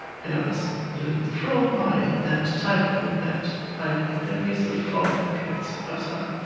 and i was a little bit thrown by that typo that i copy and pasted from patrick's website.